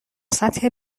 سطح